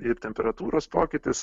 ir temperatūros pokytis